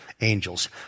angels